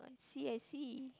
see I see